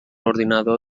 ordinador